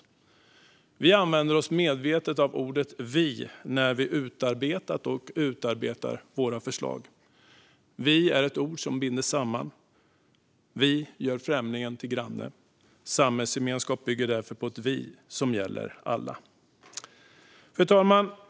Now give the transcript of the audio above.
Vi har använt och använder oss medvetet av ordet "vi" när vi har utarbetat och utarbetar våra förslag. "Vi" är ett ord som binder samman, och "vi" gör främlingen till granne. Samhällsgemenskap bygger därför på ett "vi" som gäller alla. Fru talman!